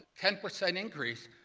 ten percent increase,